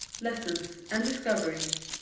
lessons, and discoveries.